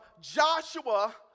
Joshua